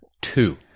Two